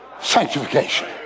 Sanctification